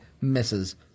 misses